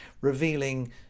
revealing